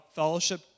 fellowship